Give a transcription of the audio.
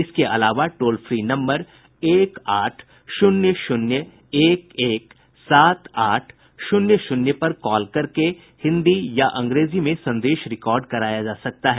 इसके अलावा toll free number एक आठ शून्य शून्य एक एक सात आठ शून्य शून्य पर कॉल करके हिन्दी या अंग्रेजी में संदेश रिकार्ड कराया जा सकता है